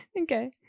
Okay